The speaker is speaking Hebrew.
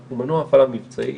הוא מופיע בהחלטה ולא במספרים.